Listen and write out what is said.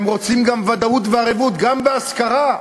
הם רוצים גם ודאות וערבות, גם בהשכרה.